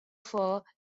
fur